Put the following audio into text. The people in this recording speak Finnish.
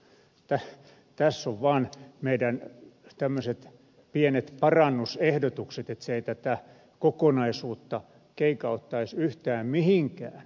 tässä ovat vaan tämmöiset meidän pienet parannusehdotuksemme ei se tätä kokonaisuutta keikauttaisi yhtään mihinkään